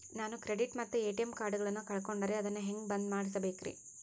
ನಾನು ಕ್ರೆಡಿಟ್ ಮತ್ತ ಎ.ಟಿ.ಎಂ ಕಾರ್ಡಗಳನ್ನು ಕಳಕೊಂಡರೆ ಅದನ್ನು ಹೆಂಗೆ ಬಂದ್ ಮಾಡಿಸಬೇಕ್ರಿ?